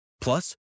Plus